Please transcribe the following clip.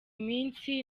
minsi